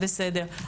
בסדר.